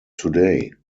today